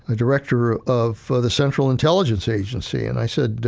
ah director of the central intelligence agency. and i said,